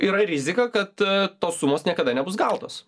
yra rizika kad tos sumos niekada nebus gautos